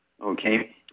okay